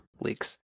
leaks